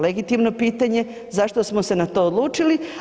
Legitimno pitanje zašto smo se na to odlučili?